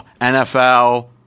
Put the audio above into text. NFL